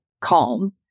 calm